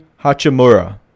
Hachimura